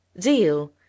Zeal